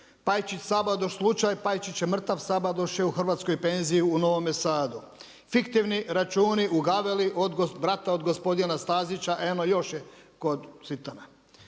Pajčić-Sabadoš slučaj, Pajčić je mrtav Sabadoš je hrvatskoj penziji u Novome SAdu, fiktivni računi u Gavelli brat od gospodina Stazića eno još je kod Cvitana,